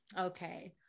Okay